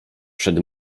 przed